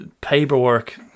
paperwork